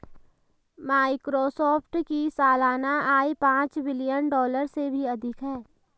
Microsoft की सालाना आय पांच बिलियन डॉलर से भी अधिक है